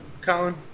Colin